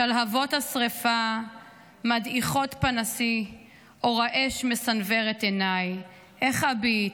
// שלהבות השרפה מדעיכות פנסיי / אור האש מסנוור את עיניי / איך אביט,